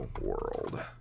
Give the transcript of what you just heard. World